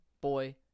boy